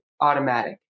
automatic